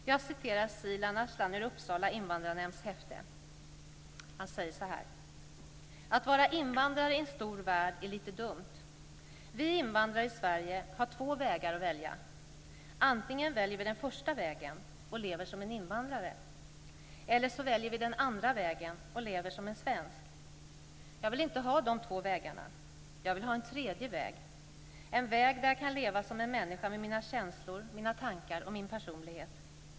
Jag citerar Silan Aslan ur Uppsala invandrarnämnds häfte: "Att vara invandrare i en stor värld är lite dumt. Vi invandrare i Sverige har två vägar att välja. Antingen väljer vi den första vägen och lever som en invandrare eller så väljer vi den andra vägen och lever som en svensk. Jag vill inte ha de två vägarna. Jag vill ha en tredje väg. En väg där jag kan leva som en människa med mina känslor, mina tankar och min personlighet.